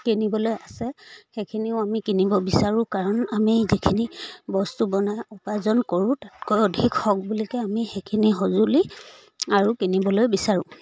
কিনিবলৈ আছে সেইখিনিও আমি কিনিব বিচাৰোঁ কাৰণ আমি যিখিনি বস্তু বনাই উপাৰ্জন কৰোঁ তাতকৈ অধিক হওক বুলি কয় আমি সেইখিনি সঁজুলি আৰু কিনিবলৈ বিচাৰোঁ